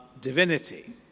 Divinity